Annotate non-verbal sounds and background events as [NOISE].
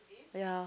[NOISE] ya